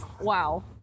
Wow